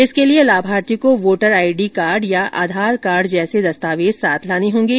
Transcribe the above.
इसके लिए लाभार्थी को वोटर आईडी कार्ड या आधार कार्ड जैसे दस्तावेज साथ लाने होंगे